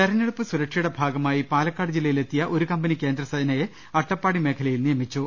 തെരെഞ്ഞെടുപ്പ് സുരക്ഷയുടെ ഭാഗമായി പാലക്കാട് ജില്ലയിൽ എത്തിയ ഒരു കമ്പനി കേന്ദ്രസേനയെ അട്ടപ്പാടി മേഖലയിൽ നിയമിച്ചു